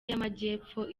y’amajyepfo